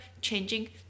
changing